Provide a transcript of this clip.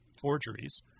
forgeries